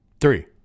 three